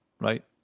right